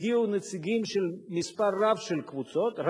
הגיעו נציגים של מספר רב של קבוצות.